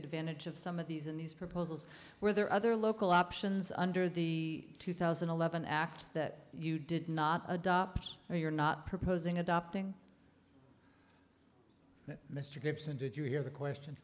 advantage of some of these in these proposals were there other local options under the two thousand and eleven act that you did not adopt or you're not proposing adopting mr gibson did you hear the question